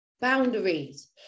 Boundaries